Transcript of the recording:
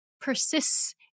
persists